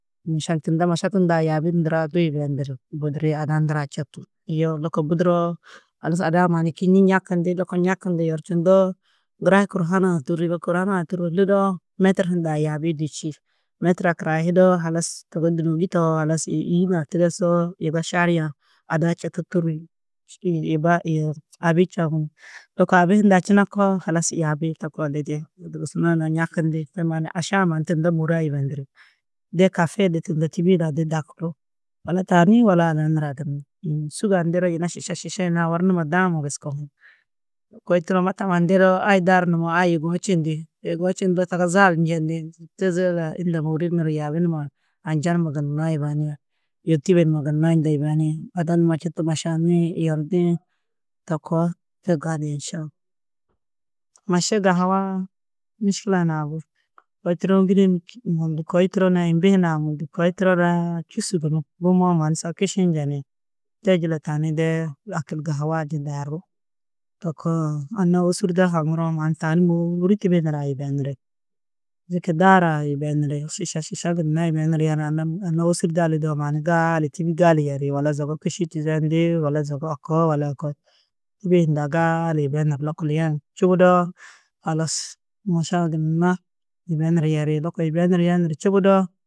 tunda maša tundaã yaabi ndurã du yibendiri budiri, ada-ã ndurã četu. Yoo lôko buduroo halas ada-ã mannu kînnii ñakindi. Lôko ñakundu yerčindoo girai kurhan-ã tûrri. Lôko kurhan-ã tûrru lidoo, metir hundã yaabi-ĩ du čî. Metir-ã karayihidoo halas togo dûnogi tohoo halas yî hunã tigesoo yiga šariya-ã ada-ã četu tûrri abi. Lôko abi hundã činakoo halas yabi-ĩ to koo lidi. Dugusu na ni ñakindi. aša-ã mannu tunda môore-ã yibendiri. De kafê de tunda tîbi na de dakurú wala tani wala ada nurã gunna uũ. Sûgu-ã nderoo yina šiša šiša yina owor numa daama bes kohuĩ. Kôi turo mataamma ndedoo ai daaru nũwo, ai yugó čindi. Yugó čindoo saga zaal njendi illa môori niri yaabi numa anja numa gunna yibeniĩ. Yo tîbe numa gunna unda yibeniĩ, ada numa četu mašaniĩ yerdiĩ to koo to gali înša Allah Maša gahuaa-ã miškilaa hunã bui. Kôi turo gûroni mundu, kôi turo na imbi hunã mundu. Kôi turo naa čûsu gunú, buwo mannu so kiši hi njeni te jiladu tani dee lakîn gahua-ã de daarú to koo uũ. Anna ôsurda haŋuroo mannu tani môori tîbe nurã yibeniri. Zeke daarã yibeniri, šiša šiša gunna yibenuru yerã anna, anna ôsurda lidoo mannu gaali tîbi gali yeri wala zogo kiši čizendi wala zogo a koo wala a koo. Tîbi hundã gaali yibenuru lôko yeru čubudoo halas maša-ã gunna yibenuru yeri lôko yibenuru yenuru čubudoo